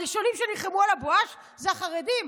הראשונים שנלחמו על הבואש זה החרדים,